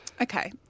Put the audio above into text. Okay